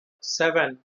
seven